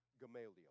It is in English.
Gamaliel